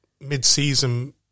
mid-season